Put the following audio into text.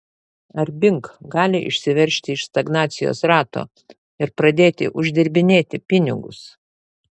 ar bing gali išsiveržti iš stagnacijos rato ir pradėti uždirbinėti pinigus